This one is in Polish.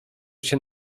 się